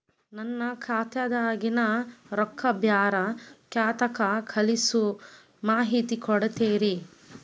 ನನ್ನ ಖಾತಾದಾಗಿನ ರೊಕ್ಕ ಬ್ಯಾರೆ ಖಾತಾಕ್ಕ ಕಳಿಸು ಮಾಹಿತಿ ಕೊಡತೇರಿ?